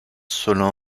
selon